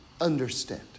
understand